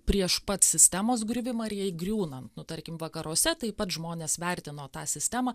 prieš pat sistemos griuvimą ir jai griūnant nu tarkim vakaruose taip pat žmonės vertino tą sistemą